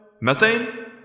Methane